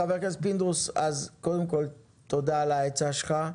חבר הכנסת פינדרוס, קודם כול תודה על העצה שלך.